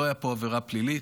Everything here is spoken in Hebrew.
לא הייתה פה עבירה פלילית,